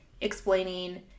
explaining